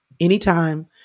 anytime